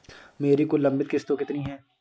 मेरी कुल लंबित किश्तों कितनी हैं?